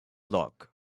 lock